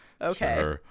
Okay